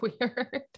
weird